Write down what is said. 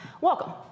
Welcome